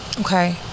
Okay